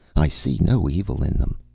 i see no evil in them,